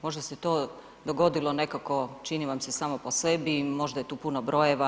Možda se to dogodilo nekako čini vam se samo po sebi i možda je tu puno brojeva?